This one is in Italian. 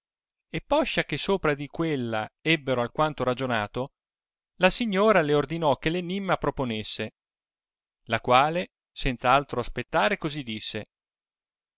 e poscia che sopra di quella ebbero alquanto ragionato la signora le ordinò che l'enimma proponesse la quale senza altro aspettare così disse